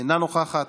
אינה נוכחת,